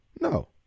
No